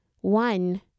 One